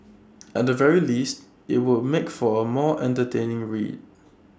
at the very least IT would make for A more entertaining read